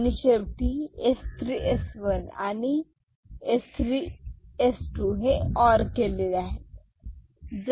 आणि शेवटी S 3 S 1 आणि S 3 S 2 हे ओर केलेले आहेत